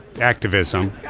activism